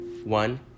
one